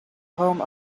home